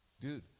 dude